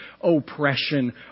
oppression